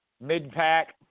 mid-pack